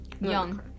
Young